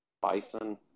bison